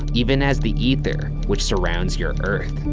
even as the ether, which surrounds your earth.